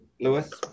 Lewis